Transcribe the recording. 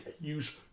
use